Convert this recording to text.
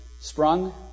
sprung